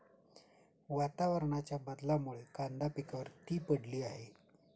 वातावरणाच्या बदलामुळे कांदा पिकावर ती पडली आहे